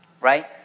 Right